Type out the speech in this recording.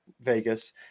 Vegas